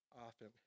often